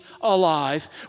alive